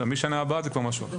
משנה הבאה זה כבר משהו אחר.